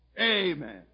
Amen